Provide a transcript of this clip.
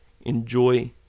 enjoy